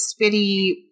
spitty